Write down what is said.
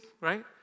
right